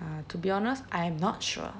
uh to be honest I am not sure